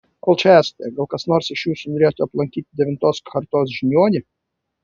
kol čia esate gal kas nors iš jūsų norėtų aplankyti devintos kartos žiniuonį